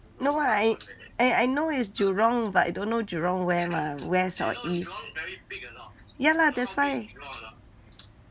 no I I I know is jurong but I don't know jurong where mah west or east ya lah that's why